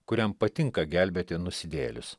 kuriam patinka gelbėti nusidėjėlius